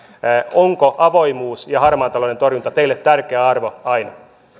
onko avoimuus ja harmaan talouden torjunta teille tärkeä arvo aina